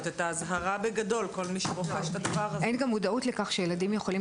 זה מוות שמגיע במהלך של שש דקות מהרגע שילד נכנס